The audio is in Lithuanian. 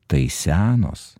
tai senos